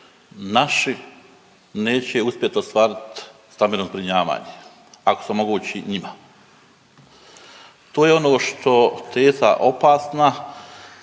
naši neće uspjeti ostvariti stambeno zbrinjavanje ako se omogući njima. To je ono što teza opasna